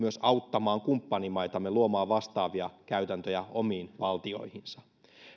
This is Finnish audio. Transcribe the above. auttamaan myös kumppanimaitamme luomaan vastaavia käytäntöjä omiin valtioihinsa